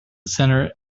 center